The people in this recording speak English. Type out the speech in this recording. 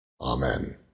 Amen